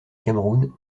cameroun